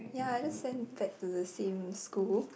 ya I just send back to the same school